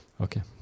Okay